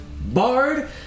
Bard